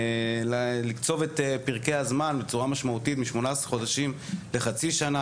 לקצוב את פרקי הזמן בצורה משמעותית מ-18 חודשים לחצי שנה.